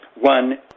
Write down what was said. one